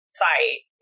site